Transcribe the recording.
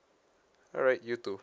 alright you too